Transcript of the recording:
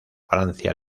francia